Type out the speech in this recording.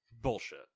Bullshit